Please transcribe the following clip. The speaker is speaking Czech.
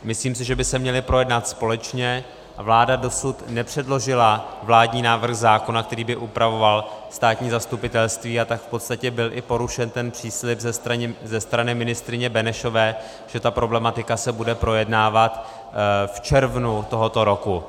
Myslím si, že by se měly projednat společně, a vláda dosud nepředložila vládní návrh zákona, který by upravoval státní zastupitelství, a tak byl v podstatě i porušen ten příslib ze strany ministryně Benešové, že ta problematika se bude projednávat v červnu tohoto roku.